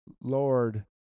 Lord